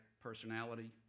personality